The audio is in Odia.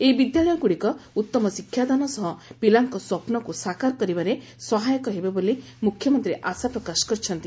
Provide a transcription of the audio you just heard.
ଏହି ବିଦ୍ୟାଳୟଗୁଡିକ ଉତ୍ତମ ଶିକ୍ଷାଦାନ ସହ ପିଲାଙ୍କ ସ୍ୱପ୍ନକୁ ସାକାର କରିବାରେ ସହାୟକ ହେବେ ବୋଲି ମୁଖ୍ୟମନ୍ତୀ ଆଶା ପ୍ରକାଶ କରିଛନ୍ତି